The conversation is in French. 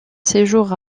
séjour